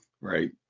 right